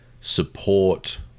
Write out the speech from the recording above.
support